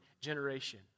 generation